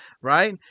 right